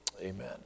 amen